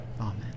Amen